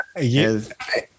yes